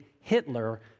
Hitler